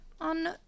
on